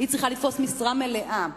היא צריכה לתפוס משרה מלאה.